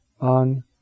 on